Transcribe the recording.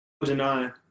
Nine